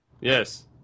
Yes